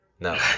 no